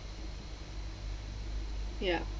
ya